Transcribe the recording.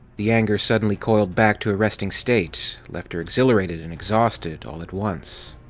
the anger suddenly coiled back to a resting state, left her exhilarated and exhausted all at once.